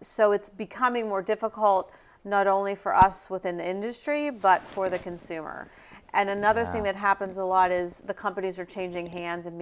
so it's becoming more difficult not only for us within the industry but for the consumer and another thing that happens a lot is the companies are changing hand